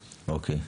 אוקיי.